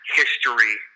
history